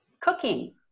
cooking